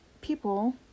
people